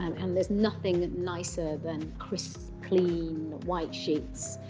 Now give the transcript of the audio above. um and there's nothing nicer than crisp, clean, white sheets.